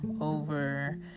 over